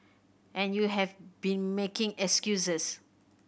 and you have been making excuses